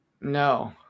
no